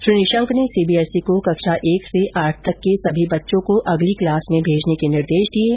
श्री निशंक ने सीबीएसई को कक्षा एक से आठ तक के सभी बच्चों को अगली क्लास में भेजने का निर्देश दिया है